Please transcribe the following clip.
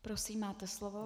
Prosím máte slovo.